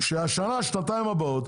בשנה שנתיים הבאות,